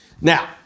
Now